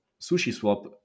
SushiSwap